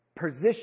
position